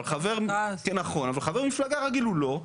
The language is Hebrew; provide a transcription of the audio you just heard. אבל חבר מפלגה רגיל הוא לא.